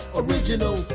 original